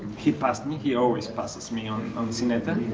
he passed me, he always passes me on on sinetta.